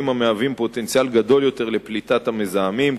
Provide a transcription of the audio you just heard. המהווים פוטנציאל גדול יותר לפליטת המזהמים,